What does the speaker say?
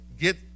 get